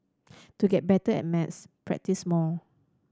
to get better at maths practise more